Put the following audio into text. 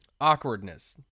awkwardness